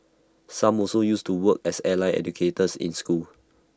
some also used to work as allied educators in school